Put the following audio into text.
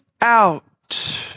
out